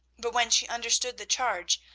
but when she understood the charge,